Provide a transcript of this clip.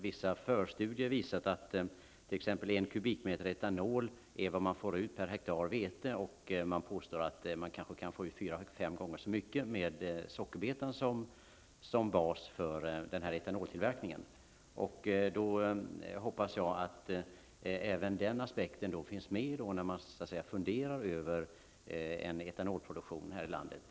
Vissa förstudier har visat att t.ex. 1 m3 etanol är vad man får ut per hektar vete. Och det påstås att man kan få ut kanske fyra fem gånger så mycket med sockerbetan som bas för denna etanoltillverkning. Jag hoppas att även denna aspekt finns med när man funderar över en etanolproduktion här i landet.